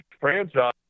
franchise